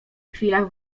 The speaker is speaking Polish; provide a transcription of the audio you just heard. chwilach